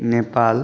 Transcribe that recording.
Nepal